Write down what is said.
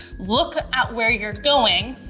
look at where you're going,